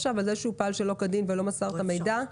שהוא פעל שלא כדין ולא מסר את המידע?